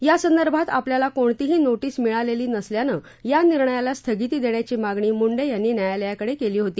यासंदर्भात आपल्याला कोणतीही नोटीस मिळालेली नसल्यानं या निर्णयाला स्थगिती देण्याची मागणी मुंडे यांनी न्यायालयाकडे केली होती